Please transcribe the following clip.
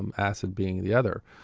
and acid being the other.